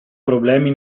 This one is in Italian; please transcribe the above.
problemi